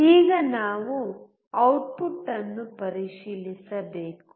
ಈಗ ನಾವು ಔಟ್ಪುಟ್ ಅನ್ನು ಪರಿಶೀಲಿಸಬೇಕು